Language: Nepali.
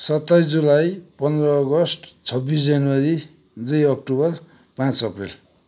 सत्ताइस जुलाई पन्ध्र अगस्त छब्बिस जनवरी दुई अक्टोबर पाँच अप्रेल